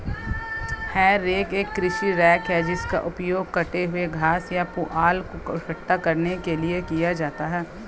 हे rake एक कृषि rake है जिसका उपयोग कटे हुए घास या पुआल को इकट्ठा करने के लिए किया जाता है